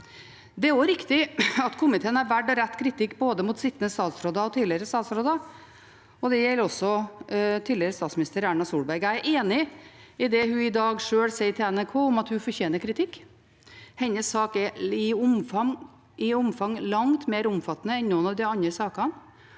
Det er riktig at komiteen har valgt å rette kritikk mot både sittende statsråder og tidligere statsråder, og det gjelder også tidligere statsminister Erna Solberg. Jeg er enig i det hun i dag sjøl sier til NRK om at hun fortjener kritikk. Hennes sak er langt mer omfattende enn noen av de andre sakene,